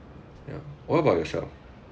what about yourself